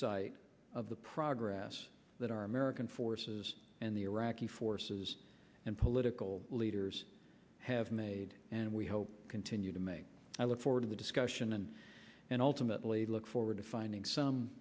sight of the progress that our american forces and the iraqi forces and political leaders have made and we help continue to make i look forward to the discussion and and ultimately look forward to finding some